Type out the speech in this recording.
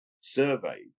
survey